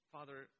Father